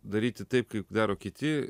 daryti taip kaip daro kiti